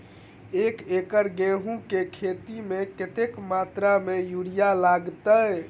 एक एकड़ गेंहूँ केँ खेती मे कतेक मात्रा मे यूरिया लागतै?